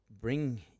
bring